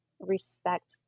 respect